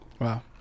Wow